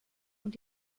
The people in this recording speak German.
und